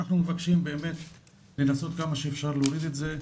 לכן אנחנו מבקשים לנסות עד כמה שאפשר להוריד את זה,